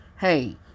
Hey